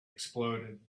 exploded